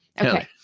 Okay